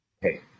hey